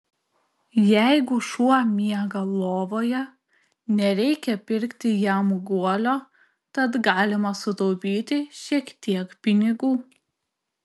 jeigu šuo miega lovoje nereikia pirkti jam guolio tad galima sutaupyti šiek tiek pinigų